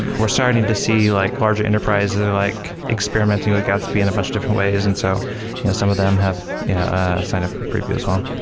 we're starting to see like large enterprises like experimenting with gatsby in a bunch of different ways. and so you know some of them have signed up for preview as well.